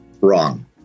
Wrong